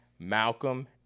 Malcolm